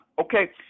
okay